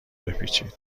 بپیچید